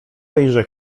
tejże